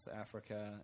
Africa